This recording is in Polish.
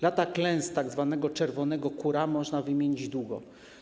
Lata klęsk tzw. czerwonego kura można wymieniać długo.